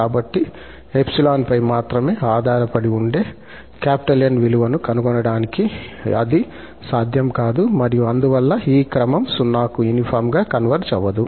కాబట్టి 𝜖 పై మాత్రమే ఆధారపడి ఉండే 𝑁 విలువను కనుగొనడానికి అది సాధ్యం కాదు మరియు అందువల్ల ఈ క్రమం 0 కి యూనిఫార్మ్ గా కన్వర్జ్ అవ్వదు